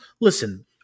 listen